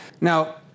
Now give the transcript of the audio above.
now